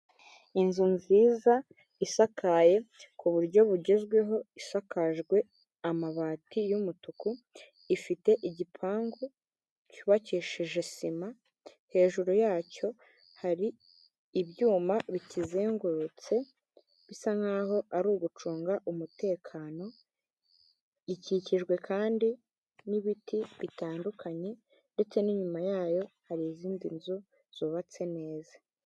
Inzu nziza isakaye ku buryo bugezweho, isakajwe amabati y'umutuku ifite igipangu cyubakishije sima, hejuru yacyo hari ibyuma bikizengurutse bisa nk'aho ari ugucunga umutekano, ikikijwe kandi n'ibiti bitandukanye ndetse n'inyuma yayo hari izindi nzu zubatse neza.